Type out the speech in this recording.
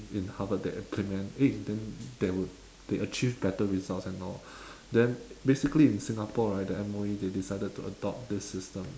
in harvard they implement eh then there would they achieve better results and all then basically in singapore right the M_O_E they decided to adopt this system